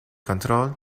control